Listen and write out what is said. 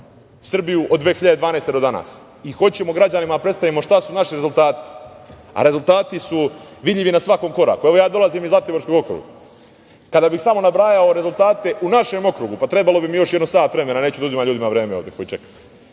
Srbiju od 2012. do danas. Hoćemo građanima da predstavimo šta su naši rezultati, a rezultati su vidljivi na svakom koraku. Evo, ja dolazim iz Zlatiborskog okruga. Kada bih samo nabrajao rezultate u našem okrugu, trebalo bi mi još sat vremena, neću da oduzima ljudima vreme ovde koji čekaju.